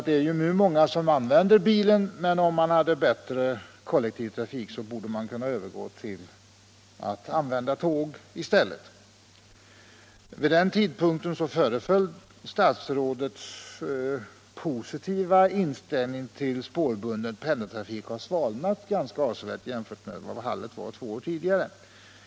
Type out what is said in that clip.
Det är många som använder bilen till arbetsresorna, och om det fanns bättre kollektivtrafik borde de kunna övergå till att använda tåg i stället. Vid den tidpunkten föreföll statsrådets positiva inställning till spårbunden pendeltrafik ha svalnat avsevärt, jämfört med två år tidigare.